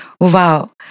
Wow